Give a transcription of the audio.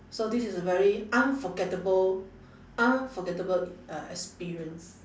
so this is a very unforgettable unforgettable uh experience